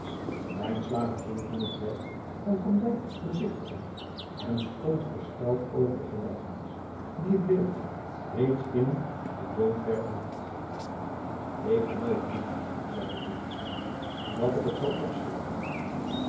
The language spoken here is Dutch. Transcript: ging toen het werk van bezigtigen en stond versteld over de gelijkenis die het beeld reeds in de doodverwe had k geloof niet zeide toen dat ik het zal opschilderen